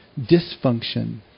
dysfunction